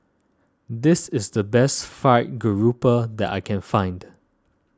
this is the best Fried Garoupa that I can find